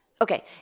Okay